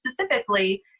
specifically